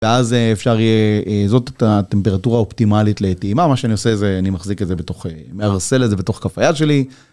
ואז אפשר יהיה, זאת הטמפרטורה האופטימלית לטעימה, מה שאני עושה זה, אני מחזיק את זה בתוך, מערסל את זה בתוך כף היד שלי.